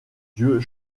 dieu